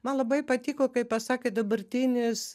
man labai patiko kaip pasakė dabartinis